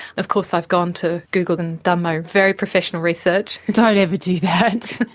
of course i've gone to google and done my very professional research. don't ever do that!